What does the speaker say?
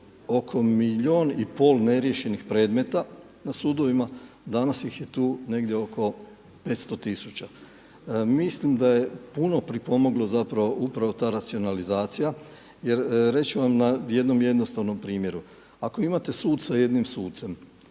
oko milijun i pol neriješenih predmeta na sudovima, danas ih je tu negdje oko 500 tisuća. Mislim da je puno pripomoglo upravo ta racionalizacija jer reći ću vam na jednom jednostavnom primjeru, ako imate suca jednim sucem